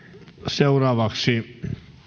seuraavaksi